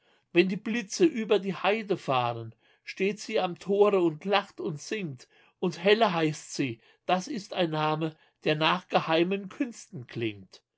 wenn die blitze über die heide fahren steht sie am tore und lacht und singt und helle heißt sie das ist ein name der nach geheimen künsten klingt